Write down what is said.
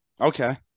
okay